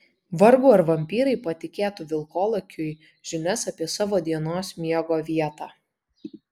vargu ar vampyrai patikėtų vilkolakiui žinias apie savo dienos miego vietą